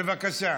בבקשה.